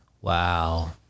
Wow